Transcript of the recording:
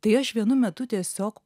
tai aš vienu metu tiesiog